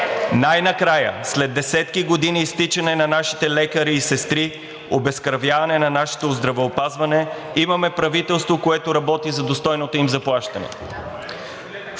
Най-накрая, след десетки години изтичане на нашите лекари и сестри, обезкървяване на нашето здравеопазване, имаме правителство, което работи за достойното им заплащане.